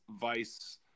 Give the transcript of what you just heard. vice